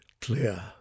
clear